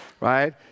right